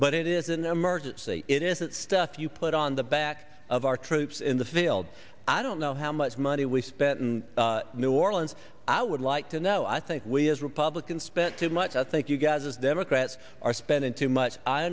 but it is an emergency it isn't stuff you put on the back of our troops in the field i don't know how much money we spent in new orleans i would like to know i think we as republicans spent too much i think you guys is there rats are spending too much i